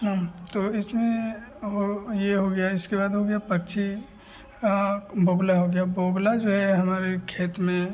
हाँ तो इसमें हो यह हो गया इसके बाद हो गया पक्षी बगुला हो गया बगुला जो है हमारे खेत में